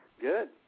Good